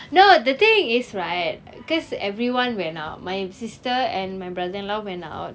no the thing is right because everyone went out my sister and my brother-in-law went out